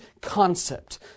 concept